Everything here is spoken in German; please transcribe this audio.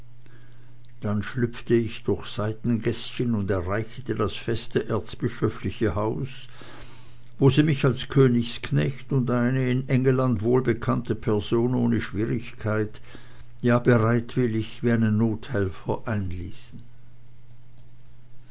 dann schlüpfte ich durch seitengäßchen und erreichte das feste erzbischöfliche haus wo sie mich als königsknecht und eine in engelland wohlbekannte person ohne schwierigkeit ja bereitwillig wie einen nothelfer